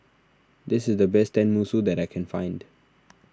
this is the best Tenmusu that I can find